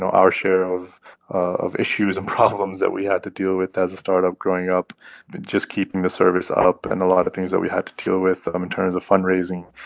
our share of of issues and problems that we had to deal with as a startup growing up just keeping the service up and a lot of things that we had to deal with um in terms of fundraising.